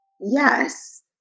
Yes